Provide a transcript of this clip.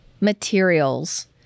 materials